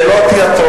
זה לא תיאטרון,